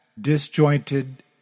disjointed